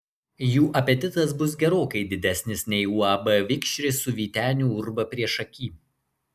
jų apetitas bus gerokai didesnis nei uab vikšris su vyteniu urba priešaky